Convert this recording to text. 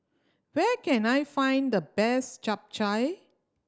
where can I find the best Chap Chai